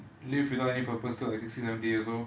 live without any purpose to like sixty seventy years old